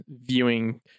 viewing